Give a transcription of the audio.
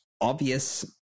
obvious